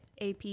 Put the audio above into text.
AP